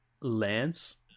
lance